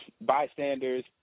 bystanders